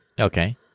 Okay